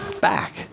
back